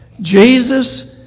Jesus